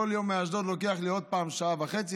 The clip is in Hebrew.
כל יום מאשדוד לוקח לי עוד פעם שעה וחצי,